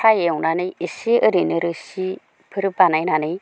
फ्राय एवनानै एसे ओरैनो रोसिफोर बानायनानै